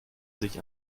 sich